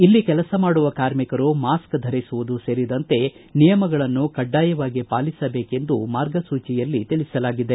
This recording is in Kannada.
ಇಲ್ಲಿ ಕೆಲಸ ಮಾಡುವಂತಹ ಕಾರ್ಮಿಕರಿಗೆ ಮಾಸ್ಥ ಧರಿಸುವುದು ಸೇರಿದಂತೆ ನಿಯಮಗಳನ್ನು ಕಡ್ಡಾಯವಾಗಿ ಪಾಲಿಸಬೇಕೆಂದು ಮಾರ್ಗಸೂಚಿಯಲ್ಲಿ ತಿಳಿಸಲಾಗಿದೆ